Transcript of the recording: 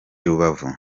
rubavu